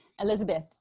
Elizabeth